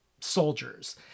soldiers